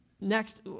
Next